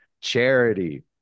Charity